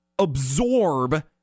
absorb